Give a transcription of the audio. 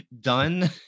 done